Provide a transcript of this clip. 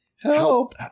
help